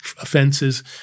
offenses